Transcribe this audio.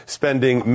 spending